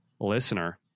listener